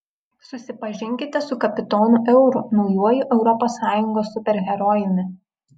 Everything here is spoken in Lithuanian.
susipažinkite su kapitonu euru naujuoju europos sąjungos superherojumi